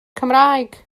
cymraeg